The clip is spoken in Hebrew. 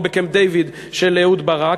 או בקמפ-דייוויד של אהוד ברק,